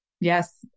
Yes